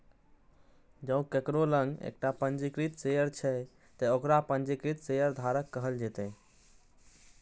जों केकरो लग एकटा पंजीकृत शेयर छै, ते ओकरा पंजीकृत शेयरधारक कहल जेतै